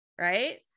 right